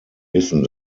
wissen